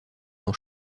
dans